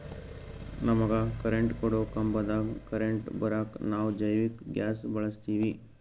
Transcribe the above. ನಮಗ ಕರೆಂಟ್ ಕೊಡೊ ಕಂಬದಾಗ್ ಕರೆಂಟ್ ಬರಾಕ್ ನಾವ್ ಜೈವಿಕ್ ಗ್ಯಾಸ್ ಬಳಸ್ತೀವಿ